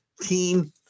team